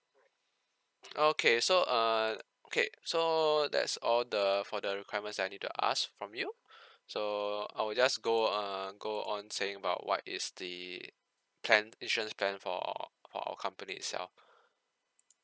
okay so uh okay so that's all the for the requirements I need to ask from you so I will just go err go on saying about what is the plan insurance plan for for our company itself